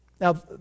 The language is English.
Now